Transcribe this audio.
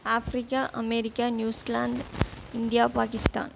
Africa America New Zealand India Pakistan